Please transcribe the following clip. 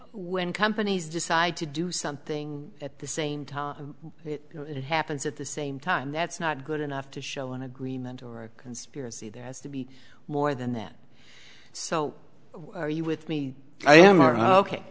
when companies decide to do something at the same time it happens at the same time that's not good enough to show an agreement or a conspiracy there has to be more than that so why are you with me i am or